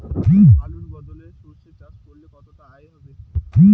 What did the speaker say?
আলুর বদলে সরষে চাষ করলে কতটা আয় হবে?